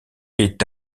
est